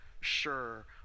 sure